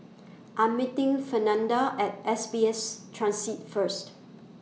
I Am meeting Fernanda At S B S Transit First